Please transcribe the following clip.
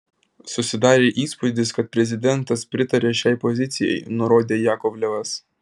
susidarė įspūdis kad prezidentas pritaria šiai pozicijai nurodė jakovlevas